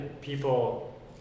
people